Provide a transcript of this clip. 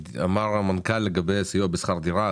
אמר המנכ"ל לגבי סיוע בשכר דירה,